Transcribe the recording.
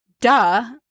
duh